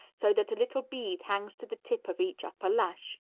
so that a little bead hangs to the tip of each upper lash.